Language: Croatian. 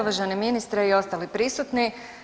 Uvaženi ministre i ostali prisutni.